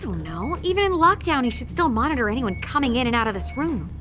don't know. even in lock-down he should still monitor anyone coming in and out of this room.